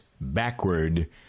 backward